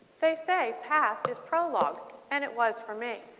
they say past is prologued and it was for me.